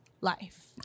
life